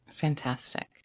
Fantastic